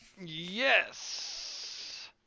Yes